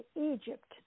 Egypt